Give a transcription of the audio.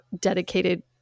dedicated